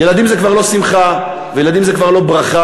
ילדים זה כבר לא שמחה, וילדים זה כבר לא ברכה.